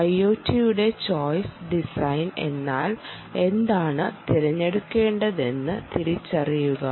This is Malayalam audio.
IoT യുടെ ചോയ്സ് ഡിസൈൻ എന്നാൽ എന്താണ് തിരഞ്ഞെടുക്കേണ്ടതെന്ന് തിരിച്ചറിയുക